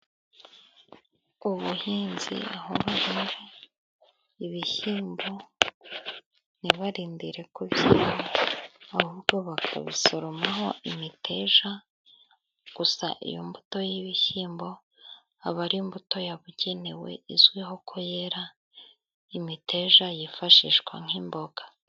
Ubuhinzi aho buhinga ibishyimbo ntibarindire ko byera, ahubwo bakabisoromaho imiteja gusa, iyo mbuto y'ibishyimbo aba ari imbuto yabugenewe, izwiho ko yera y'imiteja, yifashishwa nk'imboga.